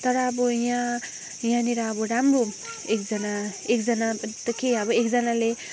तर अब यहाँ यहाँनिर अब राम्रो एकजना एकजना त के अब एकजनाले